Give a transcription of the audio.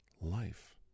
life